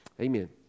Amen